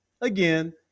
Again